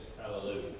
Hallelujah